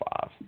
five